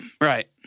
Right